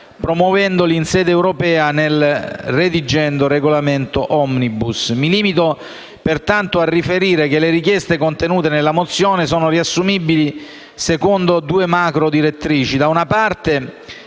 promuovendoli in sede europea nel redigendo regolamento *omnibus*. Mi limito pertanto a riferire che le richieste contenute nella mozione sono riassumibili secondo due macrodirettrici: